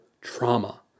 trauma